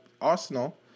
Arsenal